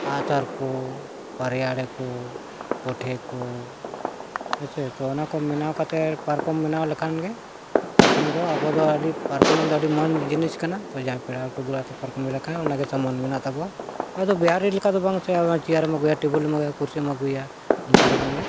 ᱟᱸᱜ ᱥᱟᱨ ᱠᱚ ᱯᱟᱨᱭᱟᱲᱤ ᱠᱚ ᱠᱚᱴᱷᱮ ᱠᱚ ᱟᱪᱪᱷᱟ ᱛᱚ ᱚᱱᱟ ᱠᱚ ᱵᱮᱱᱟᱣ ᱠᱟᱛᱮᱫ ᱯᱟᱨᱠᱚᱢ ᱵᱮᱱᱟᱣ ᱞᱮᱠᱷᱟᱱ ᱜᱮ ᱯᱟᱨᱠᱚᱢ ᱫᱚ ᱟᱵᱚ ᱫᱚ ᱟᱹᱰᱤ ᱯᱟᱨᱠᱚᱢ ᱫᱚ ᱟᱹᱰᱤ ᱢᱟᱹᱱ ᱡᱤᱱᱤᱥ ᱠᱟᱱᱟ ᱛᱚ ᱡᱟᱦᱟᱸᱭ ᱯᱮᱲᱟ ᱦᱚᱲ ᱠᱚ ᱫᱩᱲᱩᱵ ᱟ ᱛᱚ ᱯᱟᱨᱠᱚᱢ ᱵᱤᱞᱟᱭ ᱠᱷᱟᱱ ᱚᱱᱟ ᱜᱮ ᱥᱚᱱᱢᱟᱱ ᱢᱮᱱᱟᱜ ᱛᱟᱵᱚᱱᱟ ᱟᱫᱚ ᱵᱤᱦᱟᱨᱤ ᱞᱮᱠᱟ ᱫᱚ ᱵᱟᱝ ᱥᱮ ᱡᱮ ᱪᱮᱭᱟᱨᱮᱢ ᱟᱹᱜᱩᱭᱟ ᱴᱮᱵᱤᱞᱮᱢ ᱟᱹᱜᱩᱭᱟ ᱠᱩᱨᱥᱤᱢ ᱟᱹᱜᱩᱭᱟ ᱚᱱᱠᱟ ᱫᱚ ᱵᱟᱝᱜᱮ